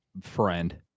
friend